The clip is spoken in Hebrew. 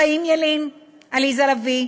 חיים ילין, עליזה לביא,